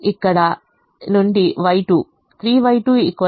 ఇక్కడ నుండి Y2 3Y2 4